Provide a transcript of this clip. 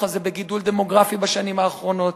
הזה בגידול דמוגרפי בשנים האחרונות.